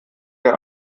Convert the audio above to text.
der